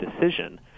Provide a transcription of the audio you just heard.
decision—